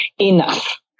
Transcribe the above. enough